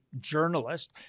journalist